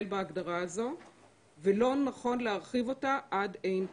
בהגדרה הזו ולא נכון להרחיב אותה עד אין קץ.